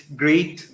great